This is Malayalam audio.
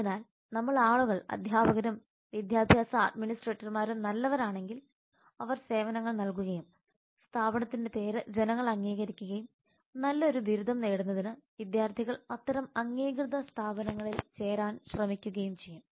അതിനാൽ നമ്മൾ ആളുകൾ അധ്യാപകരും വിദ്യാഭ്യാസ അഡ്മിനിസ്ട്രേറ്റർമാരും നല്ലവരാണെങ്കിൽ അവർ സേവനങ്ങൾ നൽകുകയും സ്ഥാപനത്തിന്റെ പേര് ജനങ്ങൾ അംഗീകരിക്കുകയും നല്ലൊരു ബിരുദം നേടുന്നതിന് വിദ്യാർത്ഥികൾ അത്തരം അംഗീകൃത സ്ഥാപനങ്ങളിൽ ചേരാൻ ശ്രമിക്കുകയും ചെയ്യും